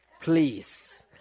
Please